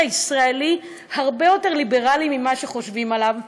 הישראלי הרבה יותר ליברלי ממה שחושבים עליו.